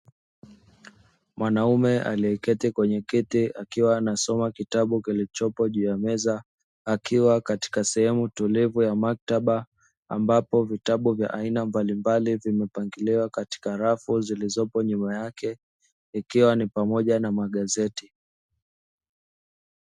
Mwanaume aliyeketi kwenye kiti akiwa anasoma kitabu kilichopo juu ya meza, Akiwa sehemu tulivu ya maktaba ambapo vitabu vya aina mbalimbali vimepangiliwa katika rafu zilizopo nyuma yake ikiwa ni pamoja na magazeti.